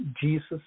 Jesus